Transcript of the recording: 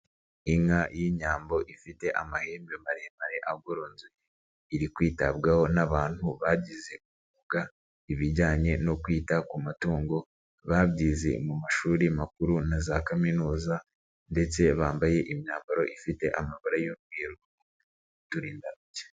Inka y'inyambo ifite amahembe maremare agoronzoye, iri kwitabwaho n'abantu bagize umwuga mu bijyanye no kwita ku matungo, babyize mu mashuri makuru na za kaminuza ndetse bambaye imyambaro ifite amabara y'umweru n'uturindantoki.